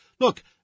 Look